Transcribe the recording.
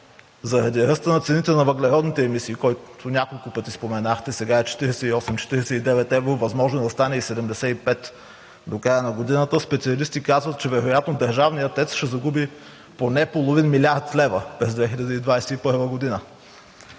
Заради ръста на цените на въглеродните емисии, който няколко пъти споменахте, сега е 48 – 49 евро, възможно е да стане и 75 до края на годината, специалисти казват, че вероятно държавният ТЕЦ ще загуби поне половин милиард лева през 2021 г.